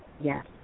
Yes